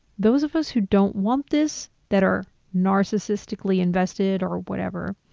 those of us who don't want this, that are narcissistically invested or whatever.